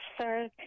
sir